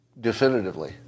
definitively